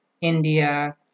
India